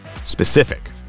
specific